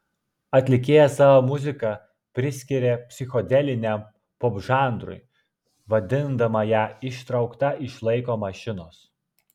atlikėja savo muziką priskiria psichodeliniam popžanrui vadindama ją ištraukta iš laiko mašinos